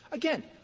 again,